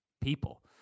people